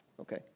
Okay